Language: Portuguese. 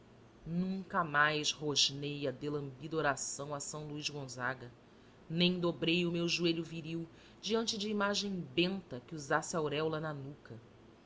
nunca mais rosnei a delambida oração a são luís gonzaga nem dobrei o meu joelho viril diante de imagem benta que usasse auréola na nuca